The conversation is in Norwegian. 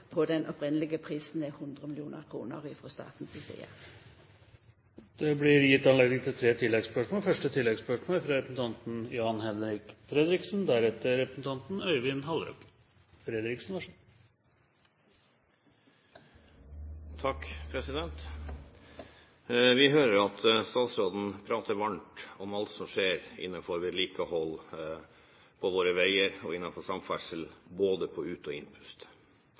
på den opphavlege plassen, 100 mill. kr frå staten si side. Det blir gitt anledning til tre oppfølgingsspørsmål – først fra representanten Jan-Henrik Fredriksen. Vi hører at statsråden prater varmt, både på ut- og innpust, om alt som skjer innenfor vedlikehold på våre veier og innenfor samferdsel.